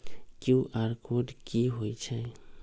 QR code कि हई छई?